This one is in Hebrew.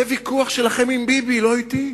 זה ויכוח שלכם עם ביבי, לא אתי.